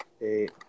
eight